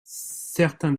certains